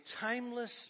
timeless